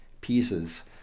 pieces